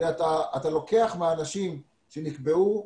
אתה לוקח מאנשים שנקבעו.